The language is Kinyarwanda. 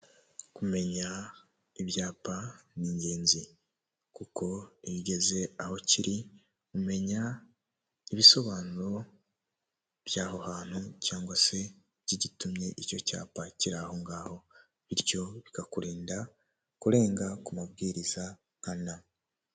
Abantu benshi iyo bagiye kubwira imbaga nyamwinshi bifashisha indangururamajwi. Uyu mumama wambaye umupira w'umukara n'ipantaro y'umukara n'inkweto z'umukara n'isakoshi y'umukara, ubanza akunda ibara ry'umukara niko yabikoze. Mubyukuri buri wese ahari arabasha kumva nta nkomyi nta n'imbogamizi.